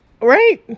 right